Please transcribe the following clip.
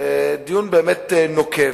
דיון באמת נוקב.